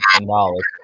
knowledge